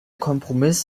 kompromiss